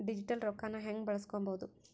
Digital ರೊಕ್ಕನ ಹ್ಯೆಂಗ ಬಳಸ್ಕೊಬೊದು?